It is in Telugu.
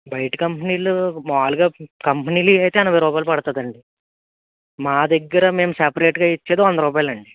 బయటి కంపెనీలు మామూలుగా కంపెనీలు ఇవి అయితే ఎనభై రూపాయలు పడుతుంది అండి మా దగ్గర మేము సెపరేటుగా ఇచ్చేది వంద రూపాయలు అండి